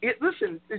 Listen